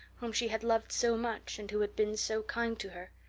whom she had loved so much and who had been so kind to her,